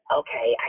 okay